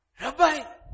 Rabbi